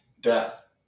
death